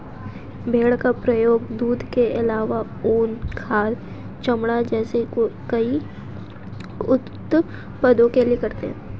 भेड़ का प्रयोग दूध के आलावा ऊन, खाद, चमड़ा जैसे कई उत्पादों के लिए करते है